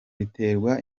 riterwa